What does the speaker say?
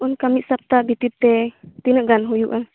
ᱚᱱᱠᱟ ᱢᱤᱫ ᱥᱚᱯᱛᱟᱦᱚ ᱵᱷᱤᱛᱤᱨ ᱛᱮ ᱛᱤᱱᱟᱹ ᱜᱟᱱ ᱦᱩᱭᱩᱜᱼᱟ